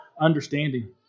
understanding